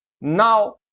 Now